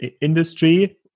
industry